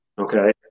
okay